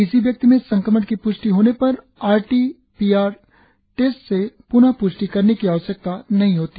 किसी व्यक्ति में संक्रमण की प्ष्टि होने पर R T P R test से प्न प्ष्टि करने की आवश्यकता नहीं होती